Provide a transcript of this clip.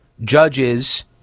judges